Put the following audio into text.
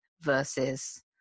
versus